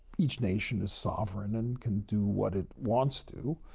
each nation is sovereign and can do what it wants to.